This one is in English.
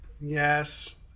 Yes